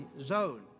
zone